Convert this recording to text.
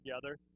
together